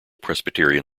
presbyterian